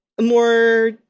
more